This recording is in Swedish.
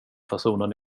personen